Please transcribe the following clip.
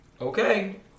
Okay